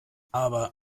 aber